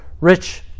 rich